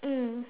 mm